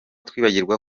twibwira